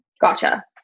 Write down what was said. gotcha